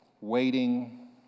waiting